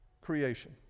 creation